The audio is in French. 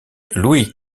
louis